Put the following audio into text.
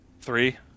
Three